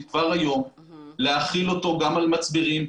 כבר היום ולהחיל אותו גם על מצברים.